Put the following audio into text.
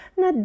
na